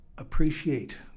Appreciate